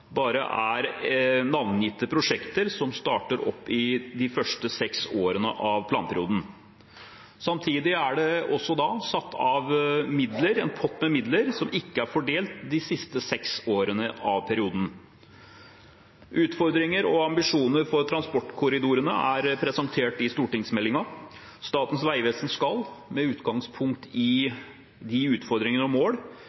bare er navngitt prosjekter som starter opp de første seks årene av planperioden. Samtidig er det også satt av en pott med midler som ikke er fordelt de siste seks årene av perioden. Utfordringer og ambisjoner for transportkorridorene er presentert i stortingsmeldingen. Statens vegvesen skal, med utgangspunkt